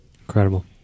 incredible